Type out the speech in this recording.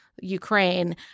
Ukraine